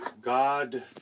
God